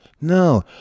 No